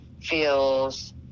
feels